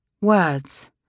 Words